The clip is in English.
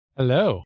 hello